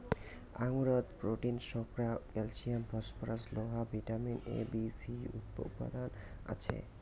আঙুরত protein, শর্করা, calcium, phosphorus, লোহা, vitamin A, B, C উপাদান আছে